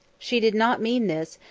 she did not mean this,